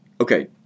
okay